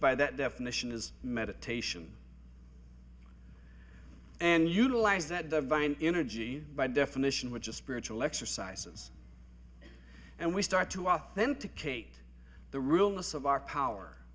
by that definition is meditation and utilize that divine in a gene by definition which is spiritual exercises and we start to authenticate the real most of our power